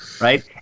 Right